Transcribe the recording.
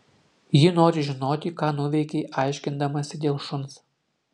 ji nori žinoti ką nuveikei aiškindamasi dėl šuns